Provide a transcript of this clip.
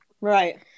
right